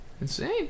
Insane